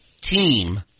team